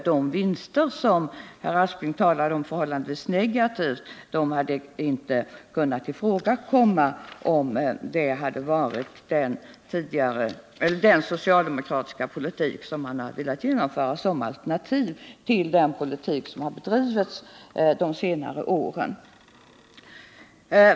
De vinster som Sven Aspling talar så negativt om hade inte kunnat ifrågakomma, om den politik förts som socialdemokraterna velat genomföra såsom alternativ till den politik som bedrivits under senare år.